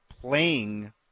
playing